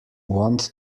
want